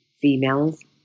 females